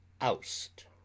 oust